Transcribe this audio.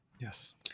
Yes